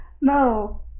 No